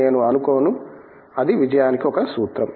నేను అనుకోను అది విజయానికి ఒక సూత్రం